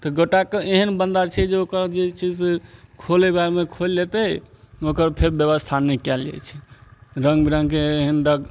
तऽ गोटा कऽ एहन बन्दा छै जे ओकर जे छै से खोलय बारेमे खोलि लेतय ओकर फेर व्यवस्था नहि कयल जाइ छै रङ्ग बिरङ्गके एहन